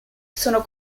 sono